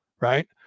Right